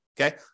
Okay